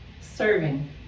Serving